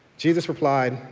jesus replied,